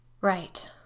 Right